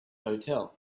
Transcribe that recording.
hotel